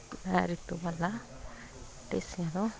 ਮੈਂ ਰੀਤੂ ਬਾਲਾ ਢੇਸੀਆਂ ਤੋਂ